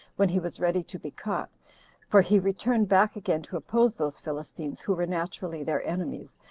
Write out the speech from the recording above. when he was ready to be caught for he returned back again to oppose those philistines, who were naturally their enemies,